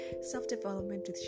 self-development